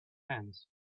hands